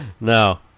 No